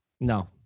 No